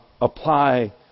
apply